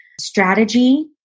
strategy